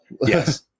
Yes